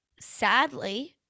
sadly